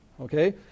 okay